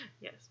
Yes